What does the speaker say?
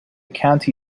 county